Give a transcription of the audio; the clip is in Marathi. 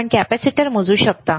आपण कॅपेसिटर मोजू शकता